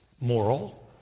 moral